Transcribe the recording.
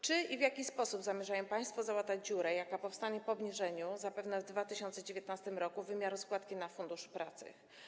Czy i w jaki sposób zamierzają państwo załatać dziurę, jaka powstanie po obniżeniu, zapewne w 2019 r., wymiaru składki na Fundusz Pracy?